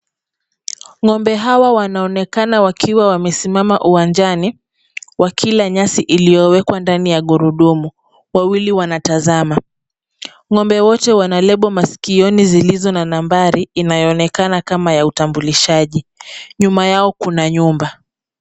Ng'ombe hawa wanaonekana wakiwa wamesimama uwanjani, wakila nyasi iliyowekwa ndani ya gurudumu. Wawili wanatazama. Ng'ombe wote wana lebo masikioni zilizo na nambari inayoonekana kama ya utambulishaji. Nyuma yao kuna nyumba.